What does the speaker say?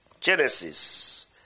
Genesis